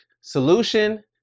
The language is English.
Solution